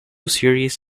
series